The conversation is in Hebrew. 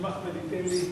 אם אחמד ייתן לי.